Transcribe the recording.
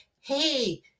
Hey